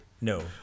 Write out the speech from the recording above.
no